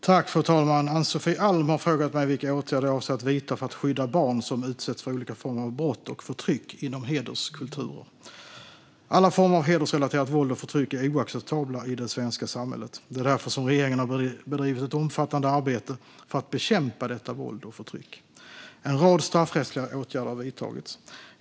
Fru talman! Ann-Sofie Alm har frågat mig vilka åtgärder jag avser att vidta för att skydda barn som utsätts för olika former av brott och förtryck inom hederskulturer. Alla former av hedersrelaterat våld och förtryck är oacceptabla i det svenska samhället. Det är därför som regeringen har bedrivit ett omfattande arbete för att bekämpa detta våld och förtryck. En rad straffrättsliga åtgärder har vidtagits.